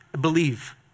believe